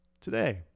today